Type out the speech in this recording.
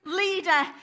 leader